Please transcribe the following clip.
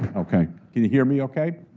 okay, can you hear me okay?